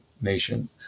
nation